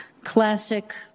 classic